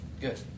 Good